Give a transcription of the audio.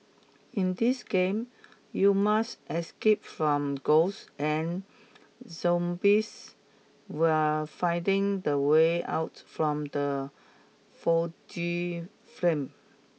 in this game you must escape from ghosts and zombies while finding the way out from the foggy frame